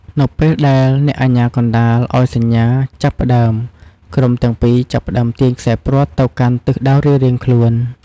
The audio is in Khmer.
នៅពេលដែលអ្នកអាជ្ញាកណ្ដាលឱ្យសញ្ញា "ចាប់ផ្ដើម" ក្រុមទាំងពីរចាប់ផ្តើមទាញខ្សែព្រ័ត្រទៅកាន់ទិសដៅរៀងៗខ្លួន។